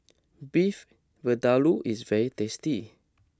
Beef Vindaloo is very tasty